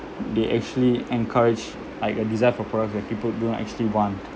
they actually encourage like a desire for products that people do not actually want